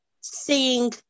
seeing